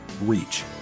reach